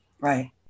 Right